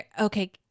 okay